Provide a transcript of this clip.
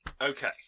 okay